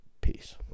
peace